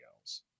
else